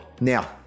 Now